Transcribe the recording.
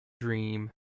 dream